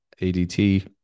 ADT